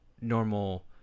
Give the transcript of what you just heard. normal